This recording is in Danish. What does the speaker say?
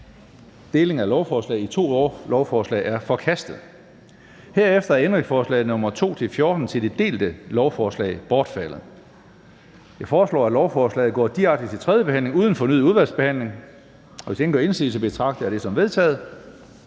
Delingen af lovforslaget i to er forkastet. Herefter er ændringsforslag nr. 2-5 til det delte lovforslag bortfaldet. Jeg foreslår, at lovforslaget går direkte til tredje behandling uden fornyet udvalgsbehandling. Hvis ingen gør indsigelse, betragter jeg det som vedtaget.